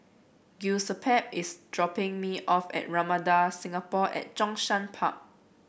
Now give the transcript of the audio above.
Giuseppe is dropping me off at Ramada Singapore at Zhongshan Park